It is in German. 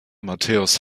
matthäus